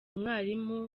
umwarimu